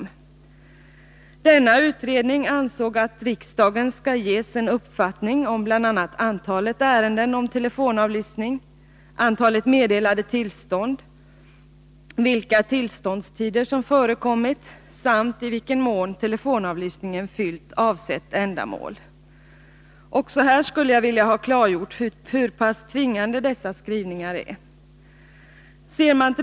Denna utredning ansåg att riksdagen skall ges en uppfattning om bl.a. antalet ärenden om telefonavlyssning, antalet meddelade tillstånd, vilka tillståndstider som förekommit samt i vilken mån telefonavlyssningen fyllt avsett ändamål. Också på denna punkt skulle jag vilja ha klargjort hur pass tvingande utskottets skrivning är.